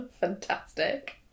Fantastic